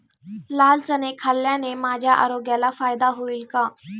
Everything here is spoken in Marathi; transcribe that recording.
लाल चणे खाल्ल्याने माझ्या आरोग्याला फायदा होईल का?